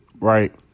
right